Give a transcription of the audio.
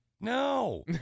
No